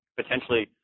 potentially